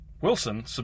Wilson